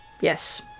Yes